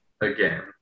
again